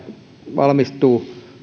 valmistuu